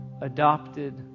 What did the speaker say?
adopted